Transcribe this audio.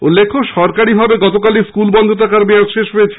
উল্লেখ্য সরকারিভাবে গতকালই স্কুল বন্ধ থাকার মেয়াদ শেষ হয়েছে